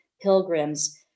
pilgrims